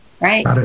right